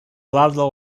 ludlow